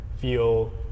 feel